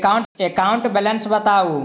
account balance बताउ